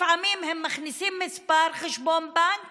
לפעמים הם מכניסים מספר חשבון בנק